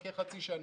אחכה חצי שנה